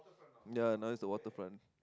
ya now is the waterfront